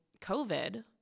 COVID